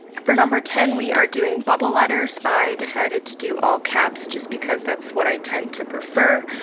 for number ten, we are doing bubble letters. i decided to do all-caps, just because that's what i tend to prefer.